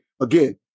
again